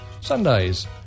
Sundays